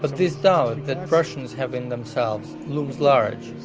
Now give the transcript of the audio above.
but this doubt that russians have in themselves loom large.